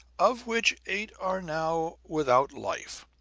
of which eight are now without life.